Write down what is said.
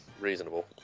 reasonable